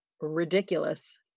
ridiculous